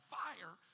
fire